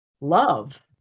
love